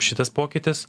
šitas pokytis